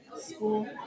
school